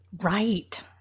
Right